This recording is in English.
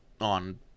on